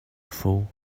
fool